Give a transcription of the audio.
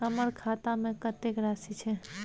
हमर खाता में कतेक राशि छै?